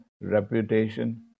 reputation